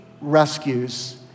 rescues